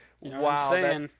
wow